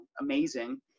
amazing